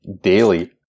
daily